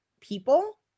people